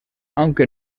aunque